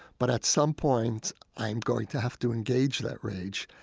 but at some point, i'm going to have to engage that rage.